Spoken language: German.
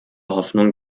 hoffnung